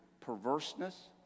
perverseness